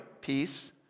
peace